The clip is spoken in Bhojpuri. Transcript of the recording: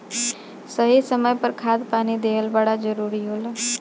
सही समय पर खाद पानी देहल बड़ा जरूरी होला